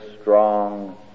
strong